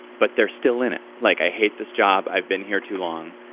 but they're still in it. like, i hate this job i've been here too long.